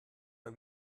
mal